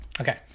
Okay